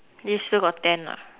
this still got ten lah